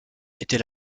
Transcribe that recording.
était